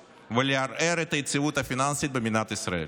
ולערער את היציבות הפיננסית במדינת ישראל.